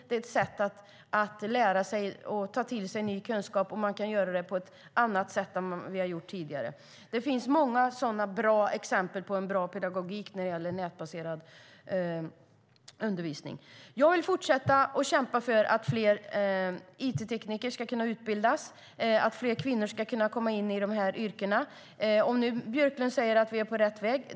Det är en möjlighet att ta till sig kunskaper på ett annat sätt än vad vi har kunnat göra tidigare. Det finns många exempel på bra pedagogik i nätbaserad undervisning. Jag vill fortsätta att kämpa för att fler it-tekniker ska kunna utbildas och att fler kvinnor ska kunna komma in i de här yrkena. Björklund säger att vi är på rätt väg.